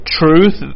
truth